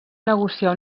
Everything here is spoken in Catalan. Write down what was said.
negociar